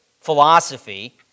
philosophy